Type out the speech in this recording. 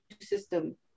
system